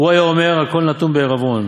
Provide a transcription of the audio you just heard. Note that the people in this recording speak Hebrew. "הוא היה אומר: הכול נתון בעירבון,